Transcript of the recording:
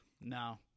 no